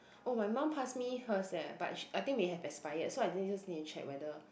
oh my mum pass me hers eh but she I think may have expired so I think just need to check whether